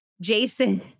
Jason